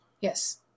Yes